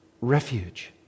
refuge